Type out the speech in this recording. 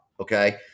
Okay